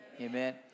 Amen